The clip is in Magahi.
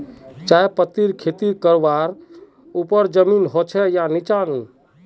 चाय पत्तीर खेती करवार केते ऊपर जमीन होचे या निचान?